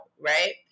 right